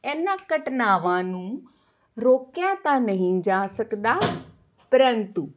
ਇਹਨਾਂ ਘਟਨਾਵਾਂ ਨੂੰ ਰੋਕਿਆ ਤਾਂ ਨਹੀਂ ਜਾ ਸਕਦਾ ਪਰੰਤੂ